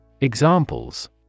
Examples